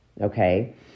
Okay